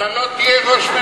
אתה לא תהיה ראש ממשלה.